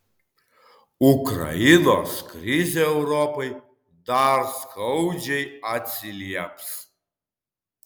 ukrainos krizė europai dar skaudžiai atsilieps